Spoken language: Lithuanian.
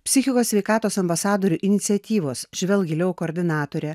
psichikos sveikatos ambasadorių iniciatyvos žvelk giliau koordinatorė